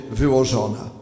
wyłożona